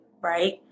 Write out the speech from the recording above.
Right